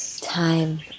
time